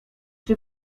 czy